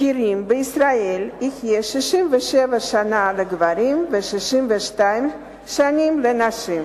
שכירים בישראל יהיה 67 שנה לגברים ו-62 שנה לנשים.